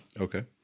Okay